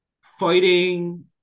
fighting